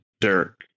Dirk